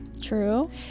True